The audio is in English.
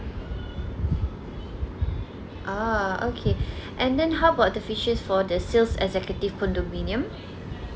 ah okay and then how about the for the sales executive condominium